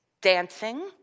dancing